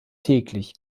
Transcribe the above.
täglich